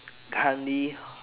currently